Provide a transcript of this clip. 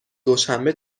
دوشنبه